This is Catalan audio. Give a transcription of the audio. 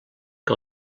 que